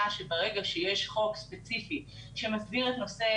שברגע שיש חוק ספציפי שמסדיר את נושא